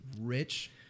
rich